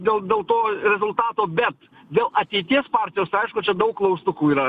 dėl dėl to rezultato bet dėl ateities partijos tai aišku čia daug klaustukų yra